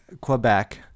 Quebec